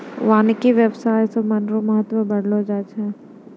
वानिकी व्याबसाय से वन रो महत्व बढ़लो छै